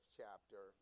chapter